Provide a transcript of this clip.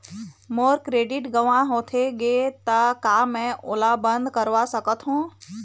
मोर credit गंवा होथे गे ता का मैं ओला बंद करवा सकथों?